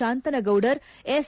Shantanagoudar S